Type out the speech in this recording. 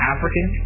African